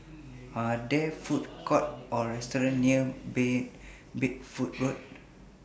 Are There Food Courts Or restaurants near Bed Bedford Road